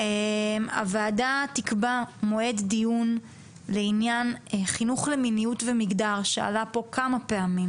הוועדה תקבע מועד דיון לעניין חינוך למיניות ומגדר שעלה פה כמה פעמים